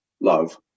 love